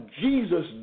Jesus